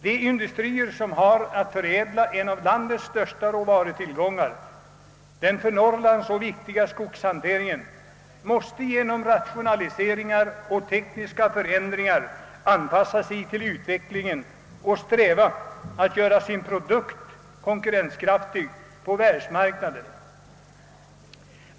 De industrier som har att förädla en av landets största råvarutillgångar, den för Norrland så viktiga skogshanteringen, måste genom rationaliseringar och tekniska förändringar anpassa sig till utvecklingen och sträva efter att göra sin produkt konkurrenskraftig på världsmarknaden.